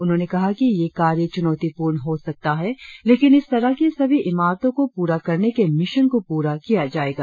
उन्होंने कहा कि यह कार्य चूनौतीपूर्ण हो सकता है लेकिन इस तरह की सभी इमारतों को पूरा करने के मिशन को पूरा किया जाएगा